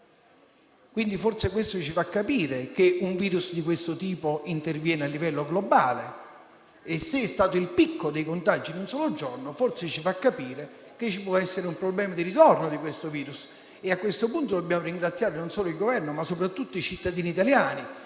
giorno. Forse questo ci fa capire che un virus di questo tipo interviene a livello globale, e se c'è stato il picco dei contagi in un solo giorno potrebbe esserci un problema di ritorno del virus. A questo punto dobbiamo ringraziare non solo il Governo, ma soprattutto i cittadini italiani,